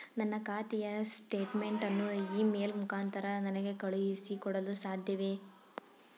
ನನ್ನ ಖಾತೆಯ ಸ್ಟೇಟ್ಮೆಂಟ್ ಅನ್ನು ಇ ಮೇಲ್ ಮುಖಾಂತರ ನನಗೆ ಕಳುಹಿಸಿ ಕೊಡಲು ಸಾಧ್ಯವೇ?